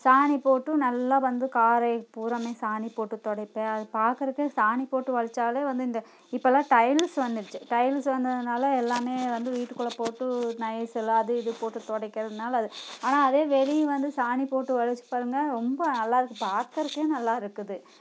சாணி போட்டும் நல்லா வந்து காரைக்கு பூராமே சாணி போட்டு துடைப்பேன் அது பார்க்குறக்கு சாணி போட்டு வழித்தாலே வந்து இந்த இப்பெலாம் டைல்ஸ் வந்துடுச்சு டைல்ஸ் வந்ததுனால் எல்லாமே வந்து வீட்டுக்குள்ளே போட்டு நைசால் அது இது போட்டு துடைக்கறதுனால அது ஆனால் அதே வெளியே வந்து சாணி போட்டு வழித்து பாருங்க ரொம்ப நல்லாயிருக்கும் பார்க்குறக்கே நல்லா இருக்குது